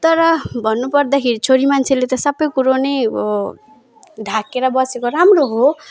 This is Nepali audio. तर भन्नुपर्दाखेरि छोरी मान्छेले त सबै कुरो नै ढाकेर बसेको राम्रो हो